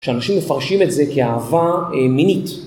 שאנשים מפרשים את זה כאהבה מינית.